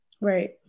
Right